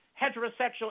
heterosexual